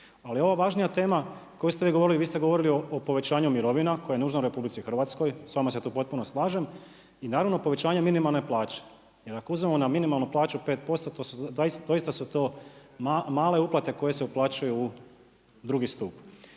Ali ova važnija tema koju ste vi govorili, vi ste govorili o povećanju mirovina koja je nužna u RH, s vama se tu potpuno slažem i naravno, povećanje minimalne plaće. Jer ako uzmemo na minimalnu plaću 5%, doista su to male uplate koje se uplaćuju u drugi stup.